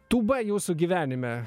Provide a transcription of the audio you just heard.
tūba jūsų gyvenime